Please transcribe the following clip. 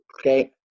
Okay